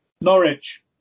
Norwich